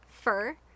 fur